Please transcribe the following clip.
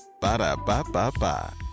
Ba-da-ba-ba-ba